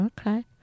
Okay